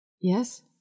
Yes